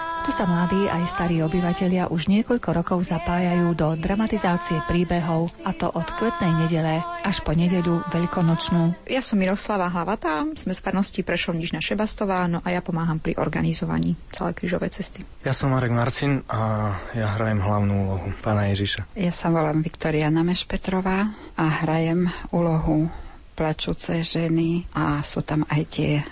Tu sa mladí aj starí obyvatelia už niekoľko rokov zapájajú do dramatizácie príbehov, a to od Kvetnej nedele až po Nedeľu Veľkonočnú. Ja som Miroslava Hlavatá, sme z farnosti Prešov-Nižná Šebastová, no a ja pomáham pri organizovaní celej krížovej cesty. Ja som Marek Marcin a ja hrajem hlavnú úlohu pána Ježiša. Ja- ja sa volám Viktória Nameš Petrová a hrajem úlohu plačúcej ženy a sú tam aj tie